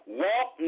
walk